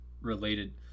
related